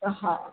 હા